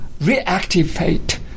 reactivate